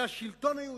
זה השלטון היהודי.